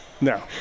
No